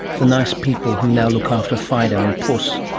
the nice people who now look after fido and puss?